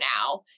now